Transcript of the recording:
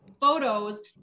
photos